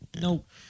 Nope